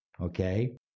Okay